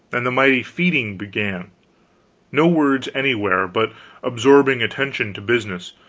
and the mighty feeding began no words anywhere, but absorbing attention to business.